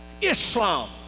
Islam